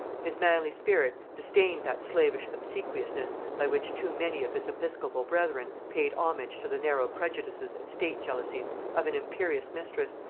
his manly spirit disdained that slavish obsequiousness by which too many of his episcopal brethren paid homage to the narrow prejudices and state-jealousies of an imperious mistress,